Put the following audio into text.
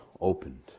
opened